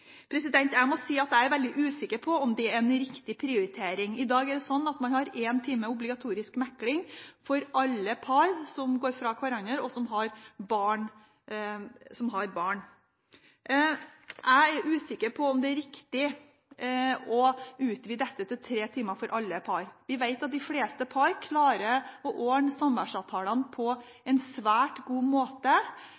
Jeg er veldig usikker på om det er en riktig prioritering. I dag har man én time obligatorisk mekling for alle par som går fra hverandre, og som har barn. Jeg er usikker på om det er riktig å utvide dette til tre timer for alle par. Vi vet at de fleste par klarer å ordne samværsavtalene på